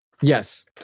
Yes